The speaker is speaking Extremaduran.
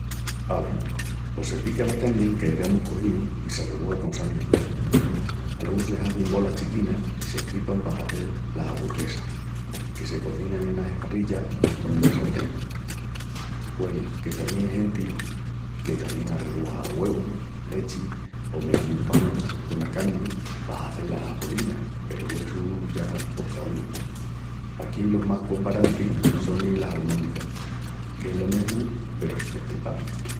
Ave, pos se pica la carni qu'aigamus cogíu i s'arrebuja con sal i especiis. Aluegu, se hazin bolas chiquinas i s'estripan pa hazel las aburguesas, que se cozinan enas esparrillas o en una sartén. Güenu, que tamién ai genti que tamién arrebuja güevu, lechi o mesmu pan cona carni pa hazel las bolinas peru essu ya pos caúnu. Paquí los más comparanti sonin las almóndigas, qu'es lo mesmu peru sin estripal.